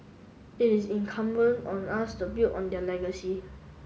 it is incumbent on us to build on their legacy